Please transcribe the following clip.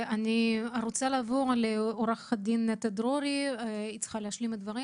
אני רוצה לעבור לעורכת הדין נטע דרורי שצריכה להשלים את דבריה,